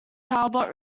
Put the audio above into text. talbot